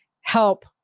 help